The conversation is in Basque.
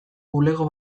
bulego